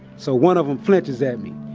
so, one of them flinches at me,